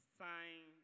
sign